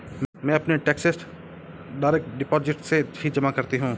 मैं अपने taxes direct deposit से ही जमा करती हूँ